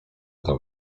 tam